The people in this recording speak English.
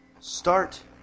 Start